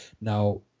now